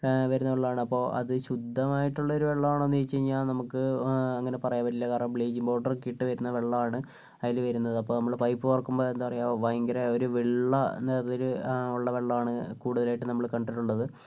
വരുന്ന വെള്ളമാണ് അപ്പോൾ അത് ശുദ്ധമായിട്ടുള്ള ഒരു വെള്ളമാണോയെന്ന് ചോദിച്ച് കഴിഞചഞ്ഞാൽ നമുക്ക് അങ്ങനെ പറയാൻ പറ്റില്ല കാരണം ബ്ലീച്ചിങ്ങ് പൗഡറൊക്കെ ഇട്ട് വരുന്ന വെള്ളമാണ് അതിൽ വരുന്നത് അപ്പം നമ്മൾ പൈപ്പ് തുറക്കുമ്പോൾ എന്താ പറയുക ഭയങ്കര ഒരു വെള്ള നിറത്തിൽ ഉള്ള വെള്ളമാണ് കൂടുതലായിട്ടും നമ്മൾ കണ്ടിട്ടുള്ളത്